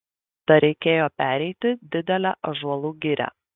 dar reikėjo pereiti didelę ąžuolų girią